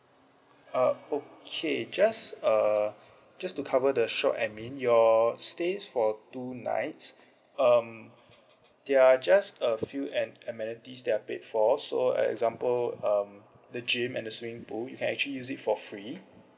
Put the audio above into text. uh okay just uh just to cover the short I mean your stays for two nights um they are just a few an~ amenities that are paid for so example um the gym and the swimming pool you can actually use it for free